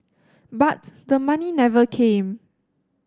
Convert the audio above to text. but the money never came